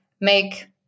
make